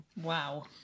Wow